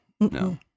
No